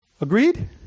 Agreed